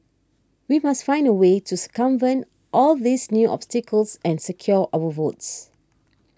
we must find a way to circumvent all these new obstacles and secure our votes